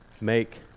make